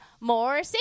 more